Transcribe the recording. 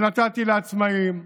שנתתי לעצמאים,